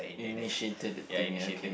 initiated the thing ya okay